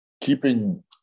Keeping